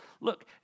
Look